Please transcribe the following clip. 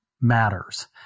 matters